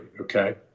okay